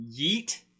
Yeet